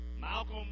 Malcolm